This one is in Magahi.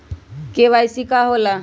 के.वाई.सी का होला?